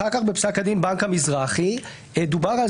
אחר כך בפסק הדין בנק המזרחי דובר על